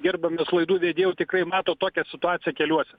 gerbiamas laidų vedėjau tikrai matot tokią situaciją keliuose